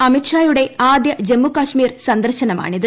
അമിത്ഷായുടെ ആദ്യ ജമ്മുകശ്മീർ സന്ദർശനമാണിത്